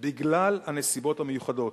בגלל הנסיבות המיוחדות,